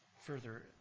further